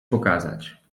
pokazać